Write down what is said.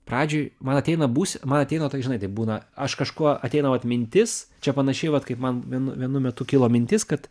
pradžioj man ateina būsi man ateina tokia žinai taip būna aš kažkuo ateina vat mintis čia panašiai vat kaip man vienu vienu metu kilo mintis kad